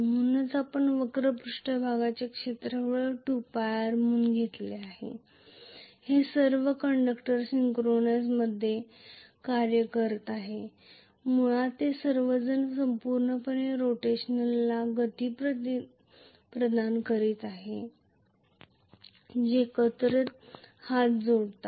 म्हणूनच आपण वक्र पृष्ठभागाचे क्षेत्रफळ 2πr म्हणून घेतले आणि हे सर्व कंडक्टर सिंक्रोनिझममध्ये कार्य करणार आहेत मुळात ते सर्वजण संपूर्णपणे रोटेशनल गती प्रदान करण्यासाठी एकत्र कार्य करतात